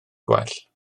gwell